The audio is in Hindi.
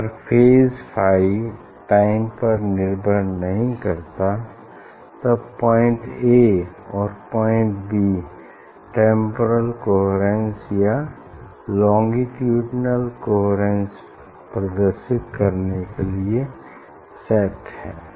अगर फेज फाई टाइम पर निर्भर नहीं करता तब पॉइंट ए और पॉइंट बी टेम्पोरल कोहेरेन्स या लोंगिट्यूडिनल कोहेरेन्स प्रदर्शित करने लिए सेट हैं